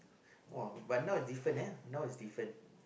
!wah! but now is different eh now is different